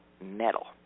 metal